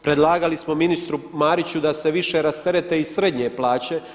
Predlagali smo ministru Mariću da se više rasterete i srednje plaće.